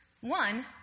one